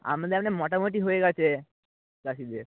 আমাদের মোটামুটি হয়ে গেছে চাষিদের